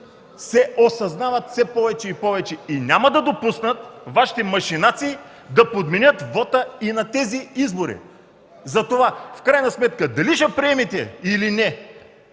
се осъзнават все повече и няма да допуснат Вашите машинации да подменят вота и на тези избори. Затова в крайна сметка дали ще приемете или не